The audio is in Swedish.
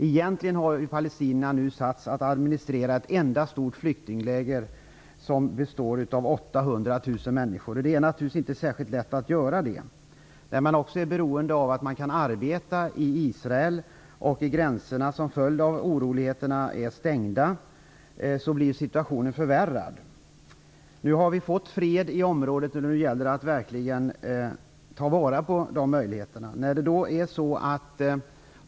Egentligen har palestinierna nu satts att administrera ett enda stort flyktingläger, som består av 800 000 människor, och det är naturligtvis inte särskilt lätt. Befolkningen i området är beroende av att kunna arbeta i Israel, men gränserna är som en följd av oroligheterna stängda, och situationen blir därför förvärrad. Nu har vi fått fred i området, och då gäller det att verkligen ta vara på de möjligheter som finns.